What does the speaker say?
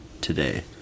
today